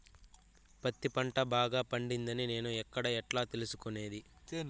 పత్తి పంట బాగా పండిందని నేను ఎక్కడ, ఎట్లా తెలుసుకునేది?